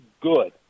good